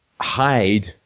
hide